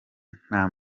nta